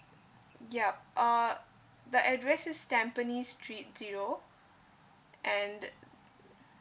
yup uh the address is tampines street zero and